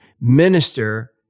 minister